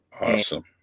Awesome